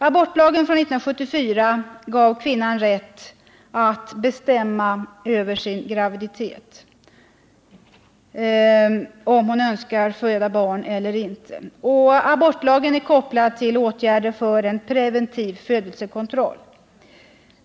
Abortlagen från 1974 gav kvirfnan rätt att bestämma över sin graviditet, dvs. om hon önskar föda barn eller inte. Abortlagen är kopplad till kraftfulla åtgärder för preventiv födelsekontroll.